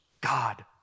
God